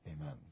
Amen